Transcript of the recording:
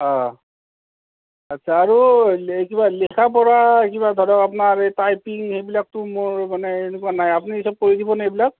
অঁ আচ্ছা আৰু কিবা লিখা পঢ়া কিবা ধৰক আপোনাৰ টাইপিং সেইবিলাকতো মোৰ মানে এনেকুৱা নাই আপুনি এতিয়া কৰি দিব নে এইবিলাক